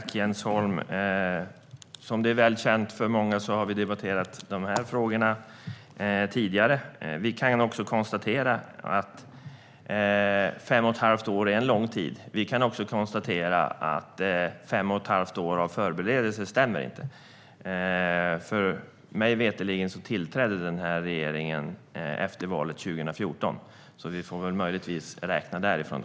Herr talman! Som är väl känt för många har vi debatterat de här frågorna tidigare. Man kan konstatera att fem och ett halvt år är en lång tid. Men fem och ett halvt år av förberedelser stämmer inte. Mig veterligen tillträdde den här regeringen efter valet 2014. Vi får möjligtvis räkna från den tidpunkten.